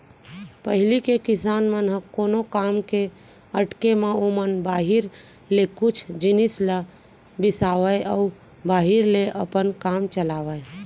पहिली के किसान मन ह कोनो काम के अटके म ओमन बाहिर ले कुछ जिनिस ल बिसावय अउ बाहिर ले अपन काम चलावयँ